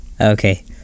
Okay